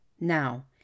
Now